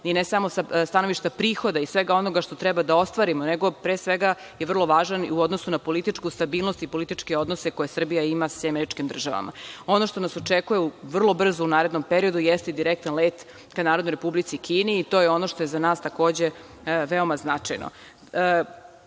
i ne samo sa stanovišta prihoda i svega onoga što treba da ostvarimo, nego pre svega je vrlo važan i u odnosu na političku stabilnost i političke odnose koje Srbija ima sa SAD.Ono što nas očekuje vrlo brzo u narednom periodu, jeste i direktan let ka Narodnoj Republici Kini i to je ono što je za nas takođe veoma značajno. Vrlo